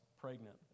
pregnant